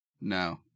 No